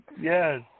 Yes